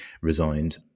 resigned